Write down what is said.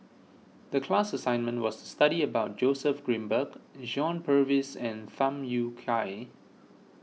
the class assignment was study about Joseph Grimberg John Purvis and Tham Yui Kai